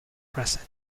present